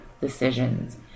decisions